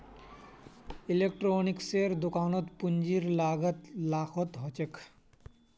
इलेक्ट्रॉनिक्सेर दुकानत पूंजीर लागत लाखत ह छेक